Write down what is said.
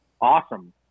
awesome